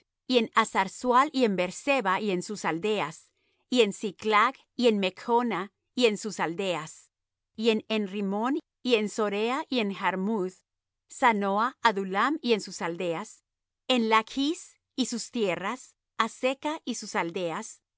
y en hasar sual y en beer-seba y en sus aldeas y en siclag y en mechna y en sus aldeas y en en rimmón y en soreah y en jarmuth zanoah adullam y en sus aldeas en lachs y sus tierras azeca y sus aldeas